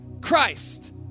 Christ